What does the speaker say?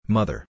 Mother